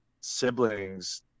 siblings